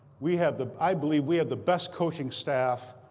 we have the i believe we have the best coaching staff,